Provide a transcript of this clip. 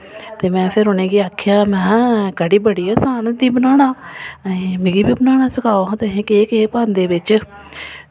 कन्नै फिर उनेंगी आक्खेआ कि में हा कढ़ी बड़ी गै आसान होंदी बनाना मिगी बी बनाना सखाओ हां तुस केह् केह् पांदे बिच